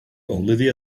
olivia